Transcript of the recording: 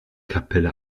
kapelle